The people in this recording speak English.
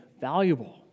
valuable